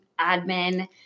admin